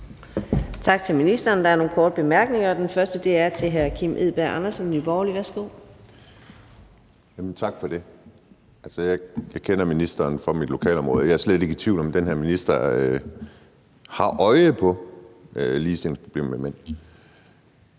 Tak til ministeren. Der er nogle korte bemærkninger. Den første er til hr. Kim Edberg Andersen, Nye Borgerlige. Værsgo. Kl. 10:09 Kim Edberg Andersen (NB): Tak for det. Jeg kender ministeren fra mit lokalområde, og jeg er slet ikke i tvivl om, at den her minister har øje på ligestillingsproblemerne, men